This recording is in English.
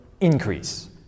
increase